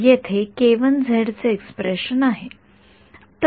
येथे चे एक्सप्रेशन् आहे